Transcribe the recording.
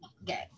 Okay